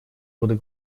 буду